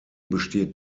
besteht